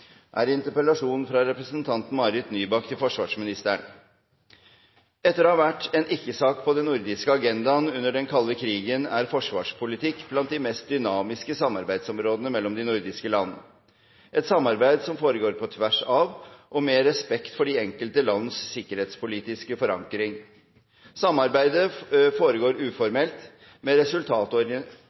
er det ikke tilfeldig at vår første rundebordskonferanse i Nordisk råd handlet om forsvarspolitikk. For etter at det har vært en ikke-sak gjennom mange, mange år på den nordiske agendaen, er i dag forsvarspolitikk blant de mest dynamiske samarbeidsområdene mellom de nordiske land. Det er et samarbeid som foregår innenfor rammene av og med respekt for de enkelte lands alliansepolitikk og utenrikspolitiske forankring.